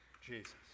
Jesus